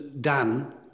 done